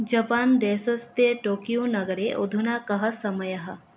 Japan देशे Tokyo नगरे आधुना कः समयः